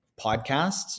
podcasts